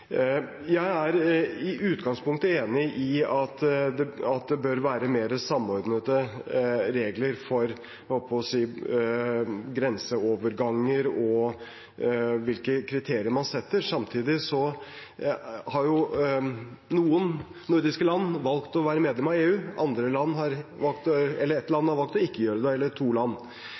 Jeg er i utgangspunktet enig i at det bør være mer samordnede regler for grenseoverganger og hvilke kriterier man setter, men samtidig har noen nordiske land valgt å være medlem av EU, andre land – to land – har valgt å ikke være det.